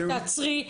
תעצרי.